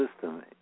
system